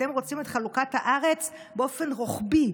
אתם רוצים את חלוקת הארץ באופן רוחבי,